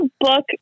book